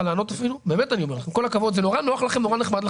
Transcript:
שלו אם זה רכב למשימה או לא למשימה.